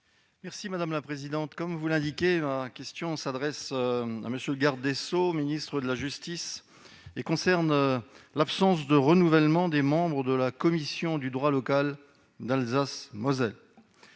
Madame la présidente, comme vous l'indiquez, ma question s'adresse à M. le garde des sceaux, ministre de la justice, et concerne l'absence de renouvellement des membres de la commission du droit local d'Alsace-Moselle.